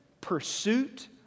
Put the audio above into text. pursuit